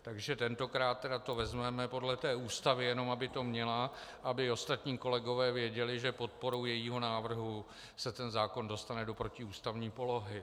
Takže tentokrát to vezmeme podlé té Ústavy, jenom aby to měla, aby ostatní kolegové věděli, že podporou jejího návrhu se ten zákon dostane do protiústavní polohy.